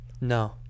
no